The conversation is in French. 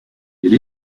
elle